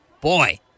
Boy